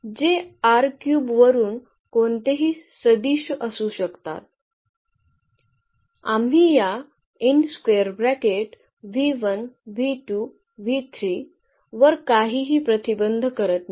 जे वरून कोणतेही सदिश असू शकतात आम्ही या वर काहीही प्रतिबंधित करत नाही